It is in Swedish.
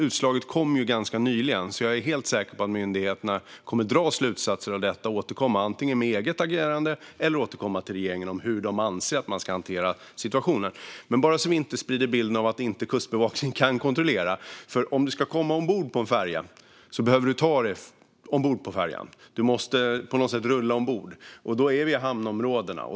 Utslaget kom ju ganska nyligen, så jag är helt säker på att myndigheterna kommer att dra slutsatser av detta och återkomma, antingen med eget agerande eller genom att återkomma till regeringen om hur de anser att situationen ska hanteras. Men vi ska inte sprida en bild av att Kustbevakningen inte kan kontrollera detta. Ska fordonet komma ombord på färjan måste det på något sätt rulla ombord. Då är vi i hamnområdena.